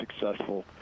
successful